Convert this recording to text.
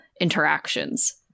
interactions